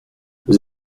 vous